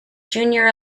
junior